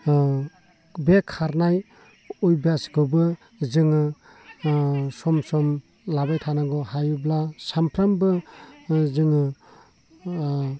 बे खारनाय अयभासखोबो जोङो सम सम लाबाय थानांगौ हायोब्ला सानफ्रामबो जोङो